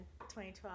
2012